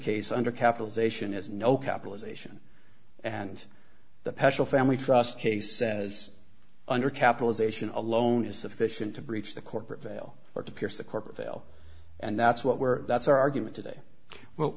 case under capitalization is no capitalization and the paschal family trust case says under capitalisation alone is sufficient to breach the corporate veil or to pierce the corporate veil and that's what we're that's our argument today well